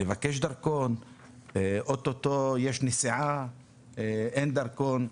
לבקש דרכון, רוצים לנסוע ואין דרכון.